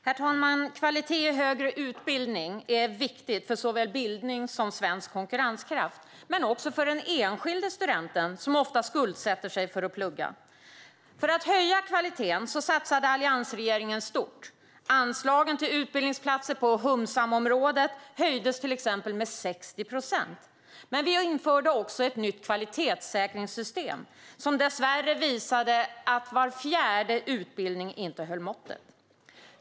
Herr talman! Kvalitet i högre utbildning är viktigt för såväl bildning som svensk konkurrenskraft men också för den enskilde studenten, som ofta skuldsätter sig för att plugga. För att höja kvaliteten satsade alliansregeringen stort. Anslagen till utbildningsplatser på hum-sam-området höjdes till exempel med 60 procent. Men vi införde också ett nytt kvalitetssäkringssystem, som dessvärre visade att var fjärde utbildning inte höll måttet.